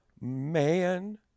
man